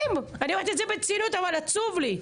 מדהים, אני אומרת את זה בציניות אבל עצוב לי,